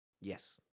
Yes